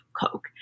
Coke